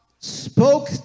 Spoke